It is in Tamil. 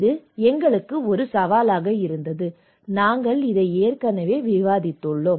இது எங்கள் சவால் நாங்கள் ஏற்கனவே விவாதித்தோம்